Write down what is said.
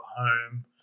home